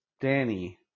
Danny